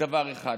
דבר אחד.